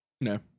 No